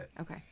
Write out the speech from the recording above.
okay